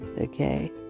Okay